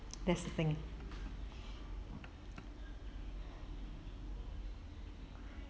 that's the thing